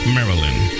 Maryland